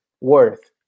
Worth